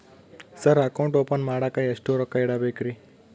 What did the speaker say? Sir account open ಮಾಡಾಕ ಎಷ್ಟು ರೊಕ್ಕ ಇಡಬೇಕ್ರಿ?